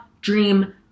dream